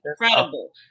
incredible